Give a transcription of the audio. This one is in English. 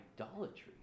idolatry